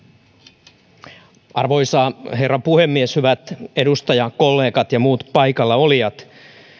arvoisa herra puhemies hyvät edustajakollegat ja muut paikalla olijat